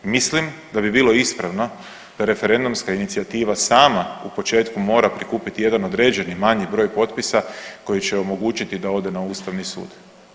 Mislim da bi bilo ispravno da referendumska inicijativa sam u početku mora prikupiti jedan određeni manji broj potpisa koji će omogućiti da ode na Ustavni sud.